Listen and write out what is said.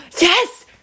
Yes